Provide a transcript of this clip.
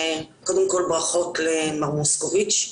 קודם כל ברכות למר מוסקוביץ'.